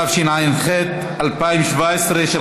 התשע"ח 2017,